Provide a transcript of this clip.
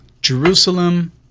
Jerusalem